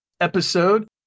episode